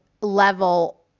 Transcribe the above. level